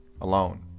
alone